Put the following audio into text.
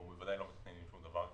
אנחנו בוודאי לא חושבים שום דבר כזה.